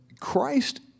Christ